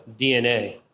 DNA